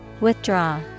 Withdraw